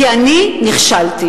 כי אני נכשלתי.